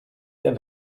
der